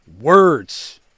words